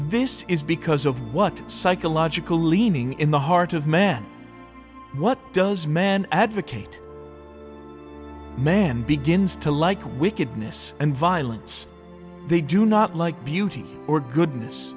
this is because of what psychological leaning in the heart of man what does man advocate man begins to like wickedness and violence they do not like beauty or goodness